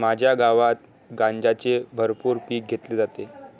माझ्या गावात गांजाचे भरपूर पीक घेतले जाते